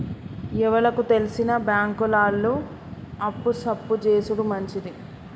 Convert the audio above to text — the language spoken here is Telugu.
ఎవలకు తెల్సిన బాంకుల ఆళ్లు అప్పు సప్పు జేసుడు మంచిది